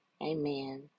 amen